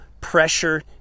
pressure